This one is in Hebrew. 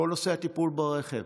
כל נושא הטיפול ברכב.